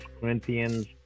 Corinthians